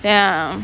ya